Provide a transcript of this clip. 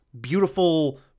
beautiful